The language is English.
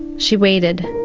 she waited,